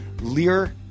Lear